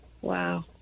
Wow